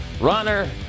runner